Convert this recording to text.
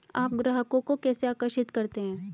आप ग्राहकों को कैसे आकर्षित करते हैं?